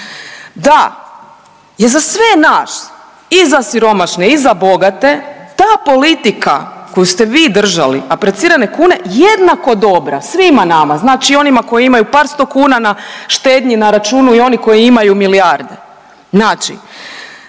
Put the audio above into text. da je za sve nas i za siromašne i za bogate ta politika koju ste vi držali aprecirane kune jednako dobra svima nama, znači i onima koji imaju par sto kuna na štednji, na računu i oni koji imaju milijarde. Znači,